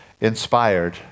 inspired